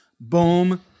Boom